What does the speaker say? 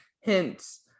hints